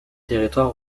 territoire